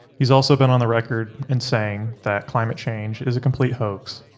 he's also been on the record and saying that climate change is a complete hoax.